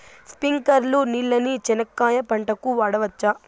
స్ప్రింక్లర్లు నీళ్ళని చెనక్కాయ పంట కు వాడవచ్చా?